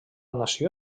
nació